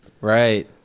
Right